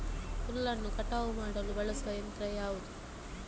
ಹುಲ್ಲನ್ನು ಕಟಾವು ಮಾಡಲು ಬಳಸುವ ಯಂತ್ರ ಯಾವುದು?